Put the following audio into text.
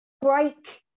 break